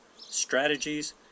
strategies